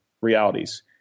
realities